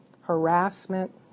harassment